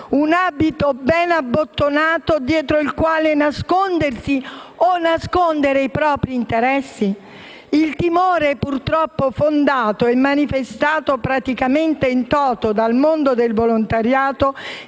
un abito ben abbottonato dietro il quale nascondersi, o nascondere i propri interessi? Il timore, purtroppo fondato e manifestato praticamente *in toto* dal mondo del volontariato,